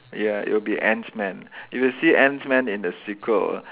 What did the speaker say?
ya it'll be ant man if you see ant man in the sequel ah